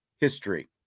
history